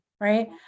right